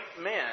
men